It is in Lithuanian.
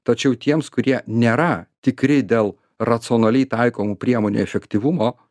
tačiau tiems kurie nėra tikri dėl racionaliai taikomų priemonių efektyvumo